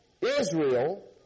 Israel